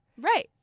Right